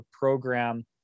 program